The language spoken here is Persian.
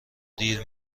دیر